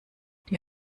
die